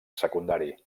secundari